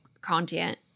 content